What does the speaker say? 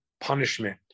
punishment